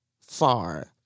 far